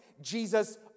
Jesus